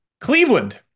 Cleveland